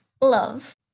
love